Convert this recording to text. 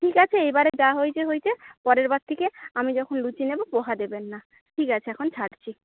ঠিক আছে এইবারে যা হয়েছে হয়েছে পরেরবার থেকে আমি যখন লুচি নেব পোহা দেবেন না ঠিক আছে এখন ছাড়ছি